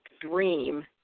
dream